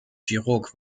chirurg